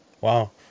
Wow